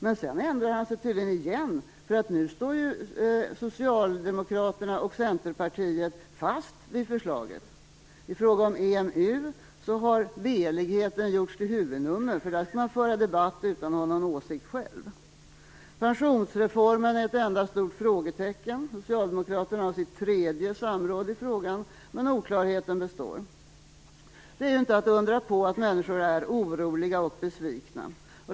Men sedan ändrar han sig tydligen igen, för nu står ju Socialdemokraterna och Centerpartiet fast vid förslaget. I fråga om EMU har veligheten gjorts till huvudnummer. Där skall man föra debatt utan att ha någon åsikt själv. Pensionsreformen är ett enda stort frågetecken. Socialdemokraterna har sitt tredje samråd i frågan, men oklarheten består. Det är inte att undra på att människor är oroliga och besvikna.